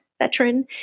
veteran